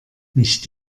nicht